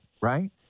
right